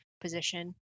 position